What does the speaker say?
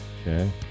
Okay